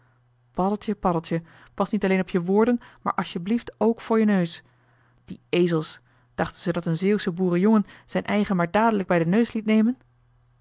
paddeltje paddeltje pas niet alleen op voor je woorden maar alsjeblieft ook voor je neus die ezels dachten ze dat een zeeuwsche boerenjongen zijn eigen maar dadelijk bij den neus liet nemen